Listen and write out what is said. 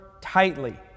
tightly